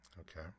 Okay